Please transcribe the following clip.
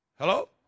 Hello